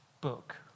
book